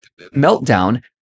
meltdown